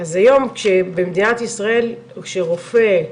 אז היום כשבמדינת ישראל, שרופא,